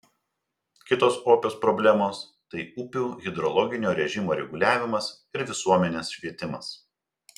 kitos opios problemos tai upių hidrologinio režimo reguliavimas ir visuomenės švietimas